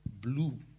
blue